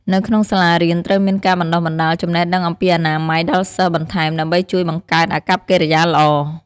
នៅក្នុងសាលារៀនត្រូវមានការបណ្តុះបណ្តាល ចំណេះដឺងអំពីអនាម័យដល់សិស្សបន្ថែមដើម្បីជួយបង្កើតអាកប្បកិរិយាល្អ។